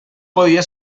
podia